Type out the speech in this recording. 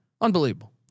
Unbelievable